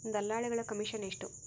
ದಲ್ಲಾಳಿಗಳ ಕಮಿಷನ್ ಎಷ್ಟು?